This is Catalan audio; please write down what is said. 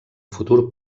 futur